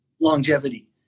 longevity